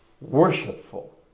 worshipful